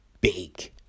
big